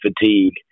fatigue